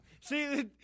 See